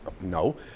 No